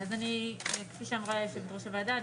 כפי שאמרה יושבת-ראש הוועדה,